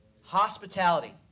Hospitality